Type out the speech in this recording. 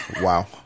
Wow